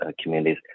communities